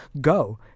go